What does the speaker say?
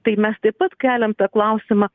tai mes taip pat keliam tą klausimą